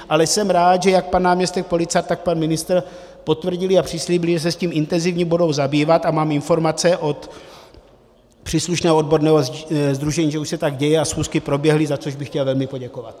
Ale jsem rád, že jak pan náměstek Policar, tak pan ministr, potvrdili a přislíbili, že se tím intenzivně budou zabývat, a mám informace od příslušného odborného sdružení, že už se tak děje a schůzky proběhly, za což bych chtěl velmi poděkovat.